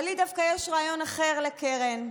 אבל לי דווקא יש רעיון אחר לקרן: